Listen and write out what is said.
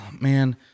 man